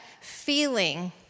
feeling